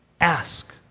ask